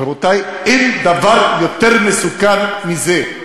רבותי, אין דבר יותר מסוכן מזה,